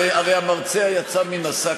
הרי המרצע יצא מן השק,